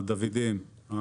המשוריינים.